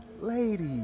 lady